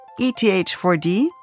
ETH4D